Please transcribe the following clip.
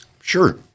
Sure